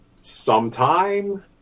sometime